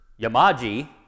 Yamaji